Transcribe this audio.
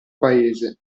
paese